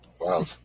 Wow